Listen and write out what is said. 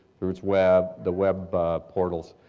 through its web, the web portals,